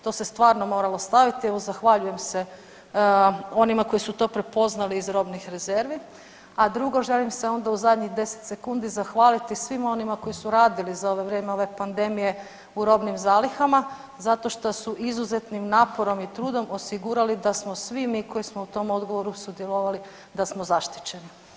To se stvarno moralo staviti i evo zahvaljujem se onima koji su to prepoznali iz robnih rezervi, a drugo želim se onda u zadnjih 10 sekundi zahvaliti svima onima koji su radili za vrijeme ove pandemije u robnim zalihama zato što su izuzetnim naporom i trudom osigurali da smo svi mi koji smo u tom odgovoru sudjelovali da smo zaštićeni.